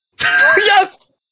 Yes